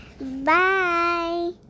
Bye